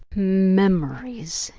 memories!